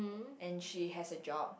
and she has a job